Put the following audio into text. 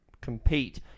compete